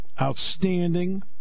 outstanding